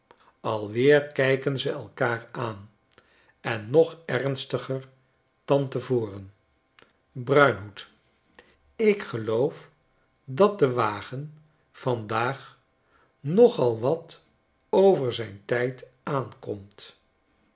alweer kijken ze elkaar aan en nog ernstiger dan te voren bruinhoed ik gel oof dat de wagen vandaag nogal wat over zijn tijd aankomt